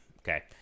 Okay